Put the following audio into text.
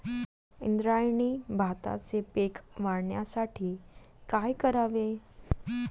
इंद्रायणी भाताचे पीक वाढण्यासाठी काय करावे?